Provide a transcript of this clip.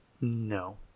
No